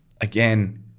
Again